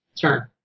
turn